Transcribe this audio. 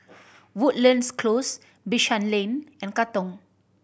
Woodlands Close Bishan Lane and Katong